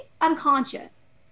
unconscious